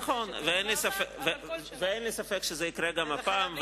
נכון, ואין לי ספק שזה יקרה גם הפעם.